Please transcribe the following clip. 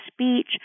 speech